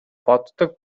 боддог